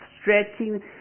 stretching